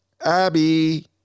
abby